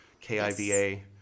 K-I-V-A